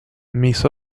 mis